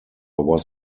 was